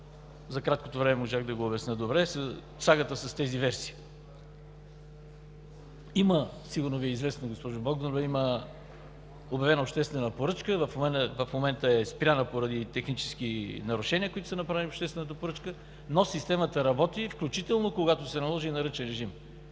за малкото време можах да го обясня добре – сагата с тези версии. Сигурно Ви е известно, госпожо Халачева, има обявена обществена поръчка, в момента е спряна поради технически нарушения, направени в нея, но системата работи, включително когато се наложи и на ръчен режим,